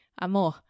Amor